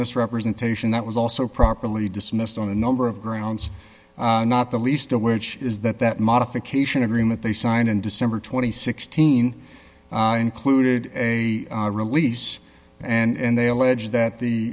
misrepresentation that was also properly dismissed on a number of grounds not the least of which is that that modification agreement they signed in december th seen included a release and they allege that the